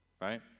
right